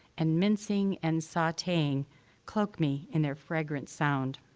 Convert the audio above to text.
and mincing and sauteing cloak me in their fragrant sound.